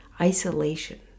isolation